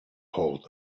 hold